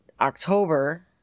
October